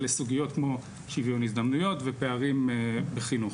לסוגיות כמו שוויון הזדמנויות ופערים בחינוך.